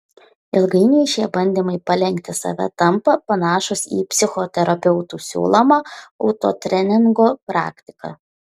ilgainiui šie bandymai palenkti save tampa panašūs į psichoterapeutų siūlomą autotreningo praktiką